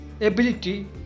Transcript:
ability